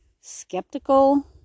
skeptical